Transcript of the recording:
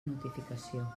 notificació